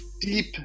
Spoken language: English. deep